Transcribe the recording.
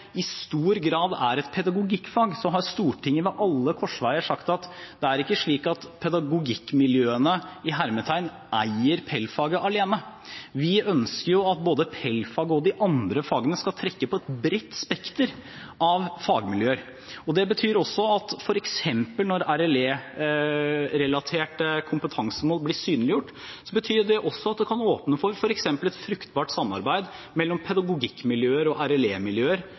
i stor grad er et pedagogikkfag, har Stortinget ved alle korsveier sagt at det ikke er slik at pedagogikkmiljøene «eier» PEL-faget alene. Vi ønsker at både PEL-fag og de andre fagene skal trekke på et bredt spekter av fagmiljøer. Det betyr også at f.eks. når RLE-relaterte kompetansemål blir synliggjort, kan det åpne for f.eks. et fruktbart samarbeid mellom pedagogikkmiljøer og